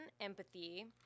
empathy